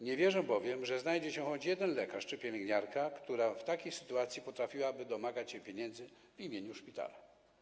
Nie wierzę bowiem, że znajdzie się choć jeden lekarz czy pielęgniarka, którzy w takiej sytuacji potrafiliby domagać się pieniędzy w imieniu szpitala.